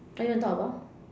what you want to talk about